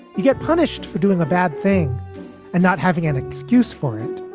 you get punished for doing the bad thing and not having an excuse for it.